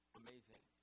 amazing